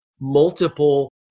multiple